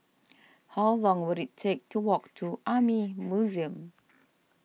how long will it take to walk to Army Museum